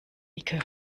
icke